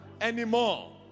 anymore